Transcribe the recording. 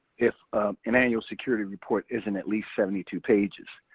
if an annual security report isn't at least seventy two pages,